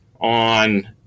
on